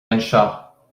anseo